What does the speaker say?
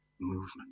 movement